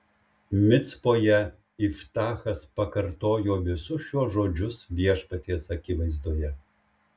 micpoje iftachas pakartojo visus šiuos žodžius viešpaties akivaizdoje